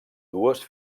dues